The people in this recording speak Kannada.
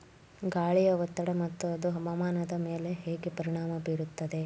ಗಾಳಿಯ ಒತ್ತಡ ಮತ್ತು ಅದು ಹವಾಮಾನದ ಮೇಲೆ ಹೇಗೆ ಪರಿಣಾಮ ಬೀರುತ್ತದೆ?